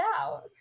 out